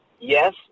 yes